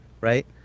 right